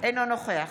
אינו נוכח